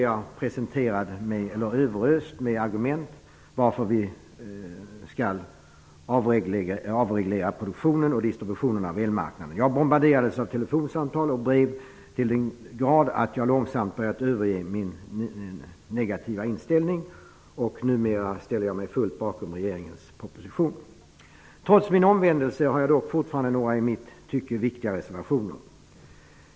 Jag har blivit överöst med argument för att vi skall avreglera produktion och distribution på elmarknaden. Jag bombarderades av telefonsamtal och brev till den grad att jag långsamt började överge min negativa inställning. Numera ställer jag mig fullt bakom regeringens proposition. Trots min omvändelse har jag några i mitt tycke viktiga reservationer.